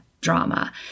drama